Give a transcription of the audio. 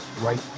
right